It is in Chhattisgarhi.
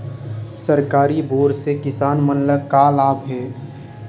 सरकारी बोर से किसान मन ला का लाभ हे?